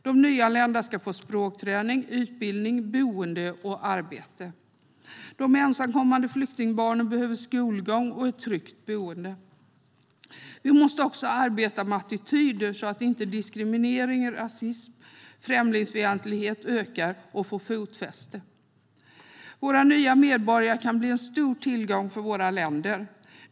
De nyanlända ska få språkträning, utbildning, boende och arbete. De ensamkommande flyktingbarnen behöver skolgång och ett tryggt boende. Vi måste också arbeta med attityder så att inte diskriminering, rasism och främlingsfientlighet ökar och får fotfäste. Våra nya medborgare kan bli en stor tillgång för våra länder.